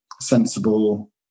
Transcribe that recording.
sensible